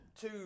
Two